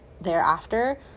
thereafter